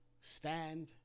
stand